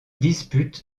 dispute